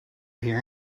hear